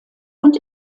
und